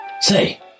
Say